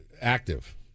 active